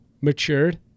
matured